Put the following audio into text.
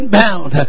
bound